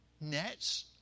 nets